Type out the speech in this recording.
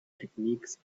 techniques